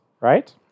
right